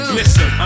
Listen